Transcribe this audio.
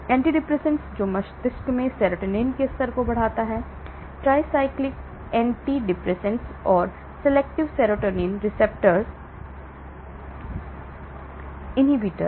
antidepressant जो मस्तिष्क में सेरोटोनिन के स्तर को बढ़ाता है ट्राइसाइक्लिक एंटीडिप्रेसेंट्स और सेलेक्टिव सेरोटोनिन रीप्टेक इनहिबिटर